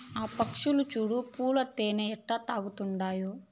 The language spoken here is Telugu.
ఆ పచ్చులు చూడు పూల తేనె ఎట్టా తాగతండాయో